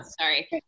Sorry